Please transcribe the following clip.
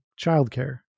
childcare